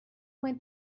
went